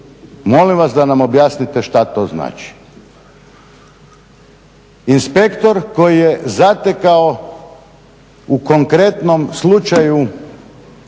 Molim vas da nam objasnite šta to znači. Inspektor koji je zatekao u konkretnom slučaju